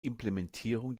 implementierung